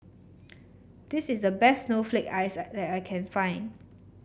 this is the best Snowflake Ice that I can find